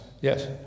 Yes